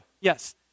Yes